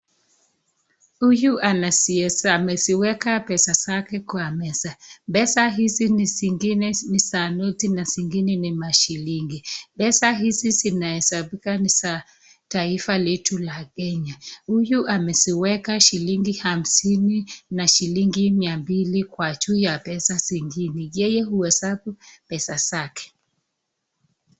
Huyu ameziweka pesa zake kwa meza, pesa hizi zingine niza notice na mashiringi, pesa hizi nizataifa letu la kenya. Huyu ameziweka shiringi hamsini na shiringi mia mbili juu ya pesa zingine yeye huhesabu pesa zake.